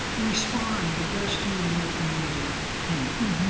respond the best you and your community can.